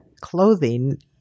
clothing